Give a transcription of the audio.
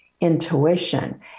intuition